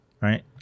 right